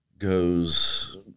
goes